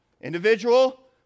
Individual